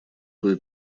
кое